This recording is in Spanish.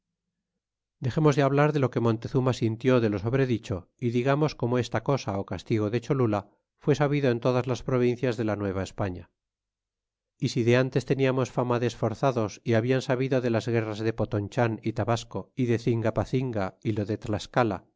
dexemos de hablar de lo que montezuma sintió de lo sobredicho y digamos como esta cosa ó castigo de cholula fué sabido en todas las provincias de la nueva españa y si de ntes teníamos fama de esforzados y habian sabido de las guerras de potonchan y tabasco y de cingapacinga y lo de tlascala